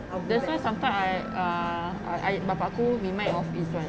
that's why sometimes I err I bapak aku remind of izuan